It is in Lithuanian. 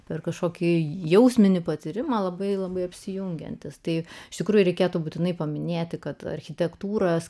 per kažkokį jausminį patyrimą labai labai sujungiantis tai iš tikrųjų reikėtų būtinai paminėti kad architektūros